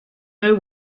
know